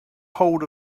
ahold